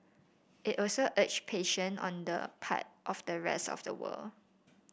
it also urged patience on the part of the rest of the world